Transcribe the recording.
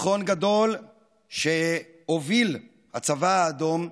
ניצחון גדול שהוביל הצבא האדום,